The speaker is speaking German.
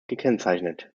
gekennzeichnet